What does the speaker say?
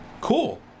Cool